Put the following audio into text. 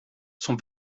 sont